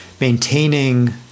maintaining